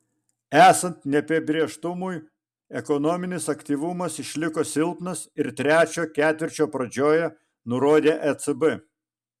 esant neapibrėžtumui ekonominis aktyvumas išliko silpnas ir trečio ketvirčio pradžioje nurodė ecb